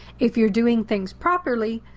if you're doing things properly,